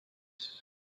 this